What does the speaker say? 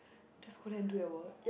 just go there do your work